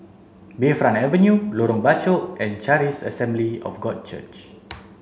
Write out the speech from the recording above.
Bayfront Avenue Lorong Bachok and Charis Assembly of God Church